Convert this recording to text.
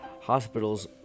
hospitals